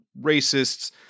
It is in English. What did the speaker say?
racists